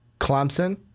Clemson